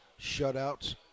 shutouts